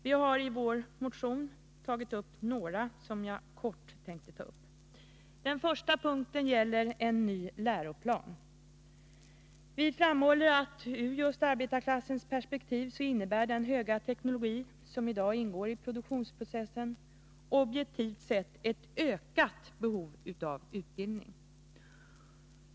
Vi har i vår motion pekat på några av dem, som jag kort tänkte ta upp. Den första punkten gäller en ny läroplan. Vi framhåller att ur arbetar klassens perspektiv innebär den höga teknologi som i dag ingår i produktionsprocessen objektivt sett ett ökat behov av utbildning.